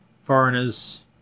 foreigners